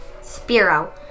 Spiro